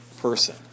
person